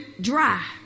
dry